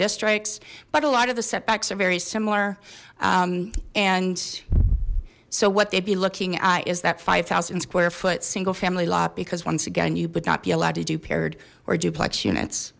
districts but a lot of the setbacks are very similar and so what they be looking at is that five thousand square foot single family lot because once again you would not be allowed to do paired or duplex units